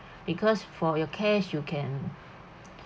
because for your cash you can